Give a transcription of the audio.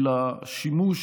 של השימוש